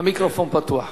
המיקרופון פתוח.